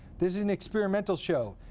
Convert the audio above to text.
this is an experimental show,